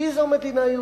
כי זו מדינה יהודית,